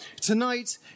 tonight